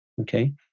Okay